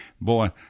boy